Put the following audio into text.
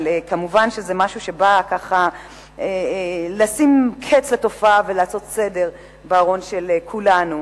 אבל כמובן זה משהו שבא לשים קץ לתופעה ולעשות סדר בארון של כולנו.